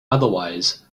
otherwise